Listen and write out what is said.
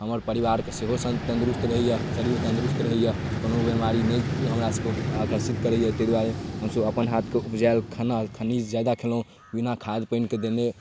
हमर परिवारके सेहो सङ्ग तन्दुरुस्त रहैए शरीर तन्दुरुस्त रहैए कोनो बेमारी नहि हमरासभके आकर्षित करैए ताहि दुआरे हमसभ अपन हाथके उपजाएल खाना खनिज जादा खेलहुँ बिना खाद पानिके देने